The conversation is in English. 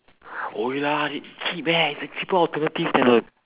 !oi! lah cheap leh it's a cheaper alternative than the